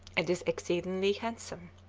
and is exceedingly handsome.